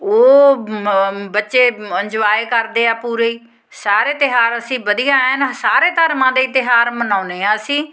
ਉਹ ਮ ਬੱਚੇ ਇੰਜੋਏ ਕਰਦੇ ਆ ਪੂਰੇ ਹੀ ਸਾਰੇ ਤਿਉਹਾਰ ਅਸੀਂ ਵਧੀਆ ਐਨ ਸਾਰੇ ਧਰਮਾਂ ਦੇ ਹੀ ਤਿਉਹਾਰ ਮਨਾਉਂਦੇ ਹਾਂ ਅਸੀਂ